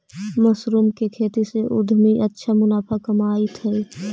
mushroom के खेती से उद्यमी अच्छा मुनाफा कमाइत हइ